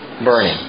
burning